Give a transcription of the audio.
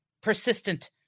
persistent